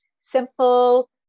simple